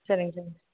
சரிங்க சார்